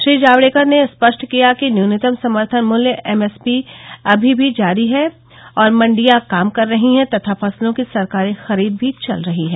श्री जावड़ेकर ने स्पष्ट किया कि न्यूनतम समर्थन मूल्य एम एस पी अभी जारी है और मंडियां काम कर रही हैं तथा फसलों की सरकारी खरीद भी चल रही है